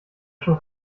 schon